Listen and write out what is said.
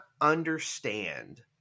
understand